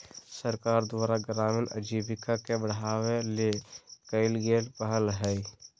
सरकार द्वारा ग्रामीण आजीविका के बढ़ावा ले कइल गेल पहल हइ